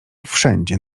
wszędzie